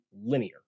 linear